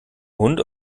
hund